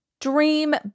dream